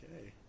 Okay